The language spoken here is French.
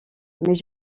mais